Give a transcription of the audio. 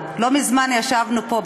לא מזמן ישבנו פה,